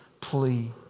plea